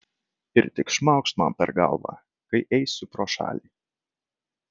ir tik šmaukšt man per galvą kai eisiu pro šalį